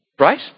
Right